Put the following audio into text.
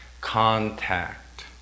Contact